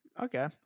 Okay